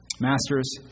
Masters